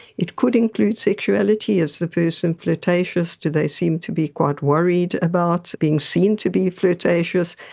it could include sexuality. is the person flirtatious? do they seem to be quite worried about being seen to be flirtatious?